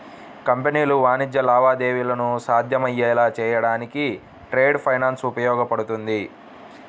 కంపెనీలు వాణిజ్య లావాదేవీలను సాధ్యమయ్యేలా చేయడానికి ట్రేడ్ ఫైనాన్స్ ఉపయోగపడుతుంది